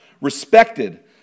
respected